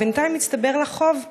ובינתיים הצטבר לה חוב.